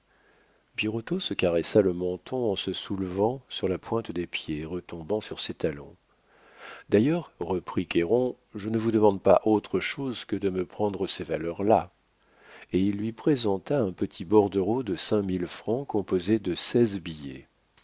birotteau se caressa le menton en se soulevant sur la pointe des pieds et retombant sur ses talons d'ailleurs reprit cayron je ne vous demande pas autre chose que de me prendre ces valeurs là et il lui présenta un petit bordereau de cinq mille francs composé de